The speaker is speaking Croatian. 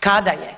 Kada je